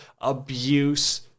abuse